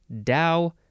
Dao